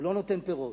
הוא לא נותן פירות.